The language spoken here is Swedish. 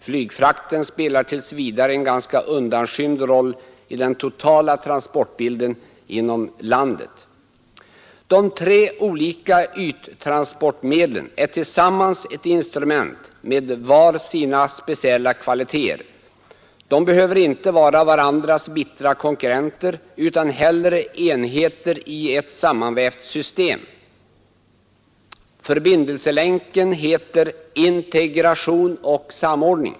Flygfrakten spelar tills vidare en ganska undanskymd roll i den totala transportbilden inom landet. De tre olika yttransportmedlen är tillsammans ett instrument, med vart och ett sina speciella kvaliteter. De behöver inte vara varandras bittra ' konkurrenter utan bör hellre vara enheter i ett sammanvävt system: Förbindelselänken heter integration och samordning.